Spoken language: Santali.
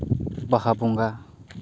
ᱵᱟᱦᱟ ᱵᱚᱸᱜᱟ